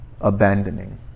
abandoning